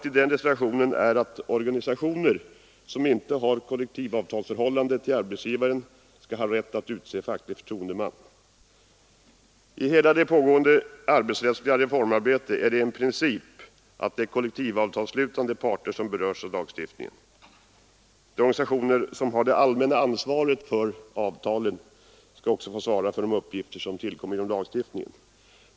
I den reservationen krävs att organisationer som inte har kollektivavtalsförhållande till arbetsgivaren skall ha rätt att utse facklig förtroendeman. I hela det pågående arbetsrättsliga reformarbetet är det en princip att det är kollektivavtalsslutande parter som berörs av lagstiftningen; de organisationer som har det allmänna ansvaret för avtalen skall också få svara för uppgifter som tillkommer organisationer genom lagstiftningen.